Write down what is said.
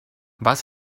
was